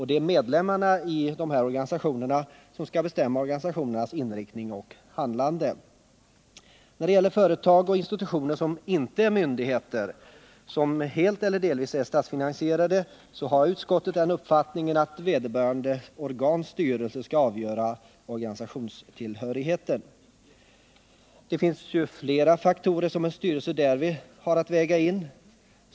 Det är medlemmarna i de här organisationerna som skall bestämma organisationernas inriktning och handlande. När det gäller företag och institutioner som inte är myndigheter men som helt eller delvis är statsfinansierade har utskottet den uppfattningen att | vederbörande organs styrelse skall avgöra organisationstillhörigheten. Det ; finns ju flera faktorer som en styrelse därvid har att väga in.